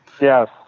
Yes